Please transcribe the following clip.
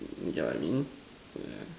yeah I mean yeah